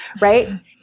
right